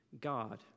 God